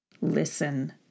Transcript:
listen